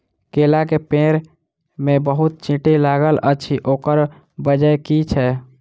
केला केँ पेड़ मे बहुत चींटी लागल अछि, ओकर बजय की छै?